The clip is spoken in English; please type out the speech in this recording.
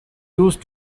used